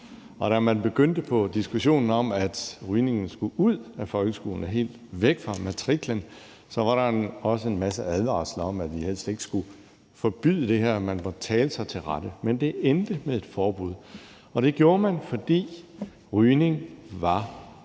og da man begyndte på diskussionen om, at rygning skulle ud af folkeskolen og helt væk fra matriklen, var der også en masse advarsler om, at man helst ikke skulle forbyde det her, og at man måtte tale sig til rette. Men det endte med et forbud, og det gjorde det, fordi rygning var skadeligt.